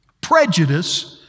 prejudice